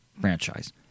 franchise